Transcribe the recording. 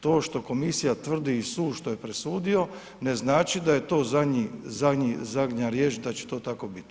To što Komisija tvrdi i sud što je presudio ne znači da je to za njih zadnja riječ, da će to tako biti.